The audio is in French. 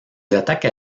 attaques